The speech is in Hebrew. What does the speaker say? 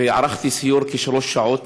וערכתי סיור של כשלוש שעות.